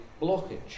blockage